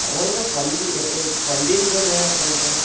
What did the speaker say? আপোনালোকৰ কোৱালিটি কোৱালিটিয়ে দিব নোৱাৰে আপোনালোকে